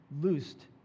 loosed